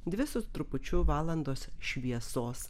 dvi su trupučiu valandos šviesos